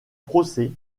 procès